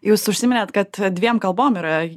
jūs užsiminėt kad dviem kalbom yra